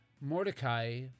mordecai